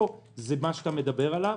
פה זה מה שאתה מדבר עליו.